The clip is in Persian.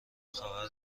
خبر